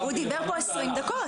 נכון, הוא דיבר פה 20 דקות.